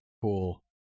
cool